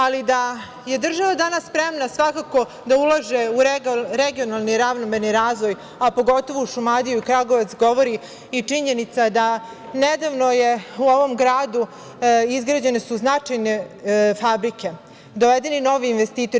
Ali, da je država danas spremna svakako da ulaže regionalni ravnomerni razvoj, a pogotovo u Šumadiju i Kragujevac, govori i činjenica da nedavno u ovom gradu izgrađena su značajne fabrike, dovedeni novi investitori.